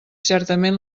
certament